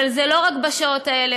אבל זה לא רק בשעות האלה,